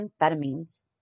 amphetamines